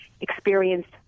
experienced